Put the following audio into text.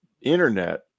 internet